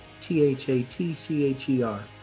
T-H-A-T-C-H-E-R